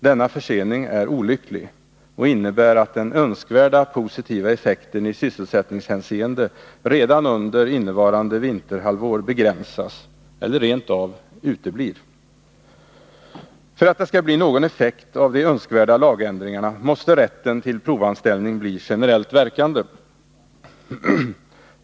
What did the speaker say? Denna försening är olycklig och innebär att den önskvärda positiva effekten i sysselsättningshänseende redan under innevarande vinterhalvår begränsas eller rent av uteblir. För att det skall bli någon effekt av de önskvärda lagändringarna måste rätten till provanställning bli generellt verkande.